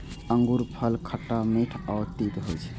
अंगूरफल खट्टा, मीठ आ तीत होइ छै